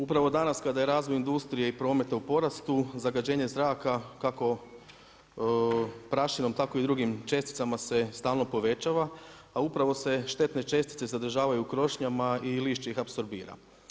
Upravo danas kada je razvoj industrije i prometa u porastu zagađenje zraka kako prašinom tako i drugim česticama se stalno povećava, a upravo se štetne čestice zadržavaju u krošnjama i lišće ih apsorbira.